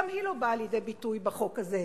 גם היא לא באה לידי ביטוי בחוק הזה.